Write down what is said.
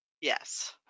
Yes